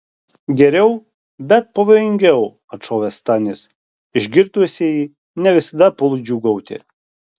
geriau bet pavojingiau atšovė stanis išgirdusieji ne visada puls džiūgauti